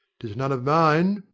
tis none of mine.